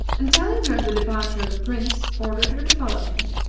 and telling her of the departure of the prince, ordered her to follow him,